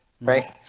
right